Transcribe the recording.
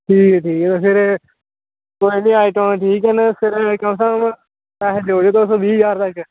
ठीक ऐ ठीक ऐ फिर थोआड़ियां आइटमां ठीक न फिर तुस हून पैसे देई ओड़यो तुस बीह् ज्हार तक